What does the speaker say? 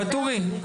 ואטורי,